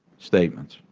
statements.